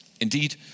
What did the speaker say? indeed